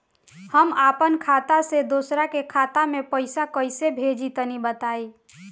हम आपन खाता से दोसरा के खाता मे पईसा कइसे भेजि तनि बताईं?